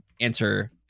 answer